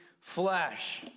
flesh